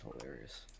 hilarious